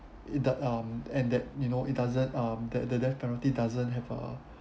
it d~ um and that you know it doesn't um that the death penalty doesn't have a